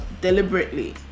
deliberately